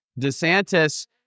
DeSantis